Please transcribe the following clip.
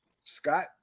Scott